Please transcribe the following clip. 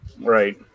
right